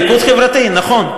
ליכוד חברתי, נכון.